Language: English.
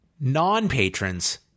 non-patrons